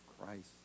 Christ